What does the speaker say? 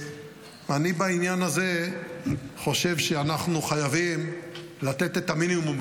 בעניין הזה אני חושב שאנחנו חייבים לתת את המינימום,